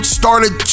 started